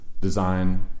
design